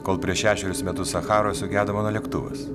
kol prieš šešerius metus sacharoj sugedo mano lėktuvas